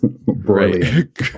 Brilliant